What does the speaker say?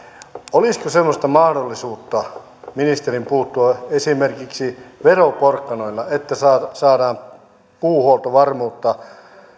olisiko semmoista mahdollisuutta ministerin puuttua esimerkiksi veroporkkanoilla että saadaan saadaan puunhuoltovarmuutta